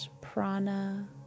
prana